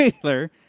trailer